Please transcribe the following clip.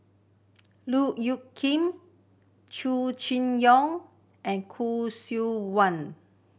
Look Kit Chow Chee Yong and Khoo Seok Wan